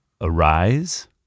Arise